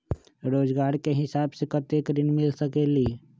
रोजगार के हिसाब से कतेक ऋण मिल सकेलि?